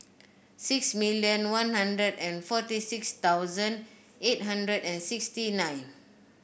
six million One Hundred and forty six thousand eight hundred and sixty nine